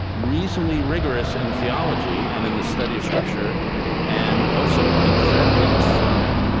reasonably rigorous in theology and in the study of scripture and also incredibly affirming.